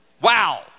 Wow